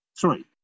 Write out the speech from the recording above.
Three